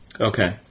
Okay